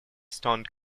stone